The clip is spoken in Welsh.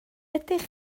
ydych